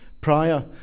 prior